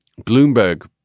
bloomberg